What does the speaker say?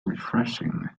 refreshing